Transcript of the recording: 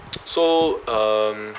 so um